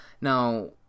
Now